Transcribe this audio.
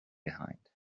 behind